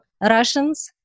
Russians